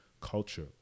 culture